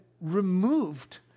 removed